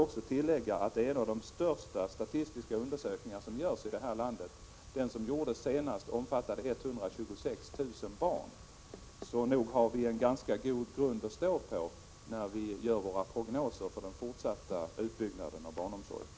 Detta är en av de största statistiska undersökningar som görs i detta land. Den som gjordes senast omfattade 126 000 barn. Nog har vi en ganska god grund att stå på, när vi gör våra prognoser för den fortsatta utbyggnaden av barnomsorgen.